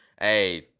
hey